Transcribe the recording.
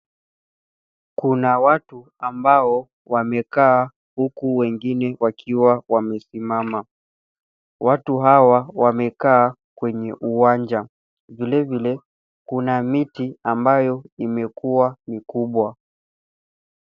Kuna watu ambao wamekaa huku wengine wakiwa wamesimama. Watu hawa wamekaa kwenye uwanja, vilevile, kuna miti, ambayo imekua mikubwa.